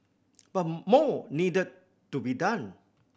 but more needed to be done